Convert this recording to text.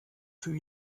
für